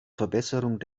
verbesserung